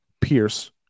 Pierce